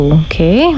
okay